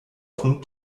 offenen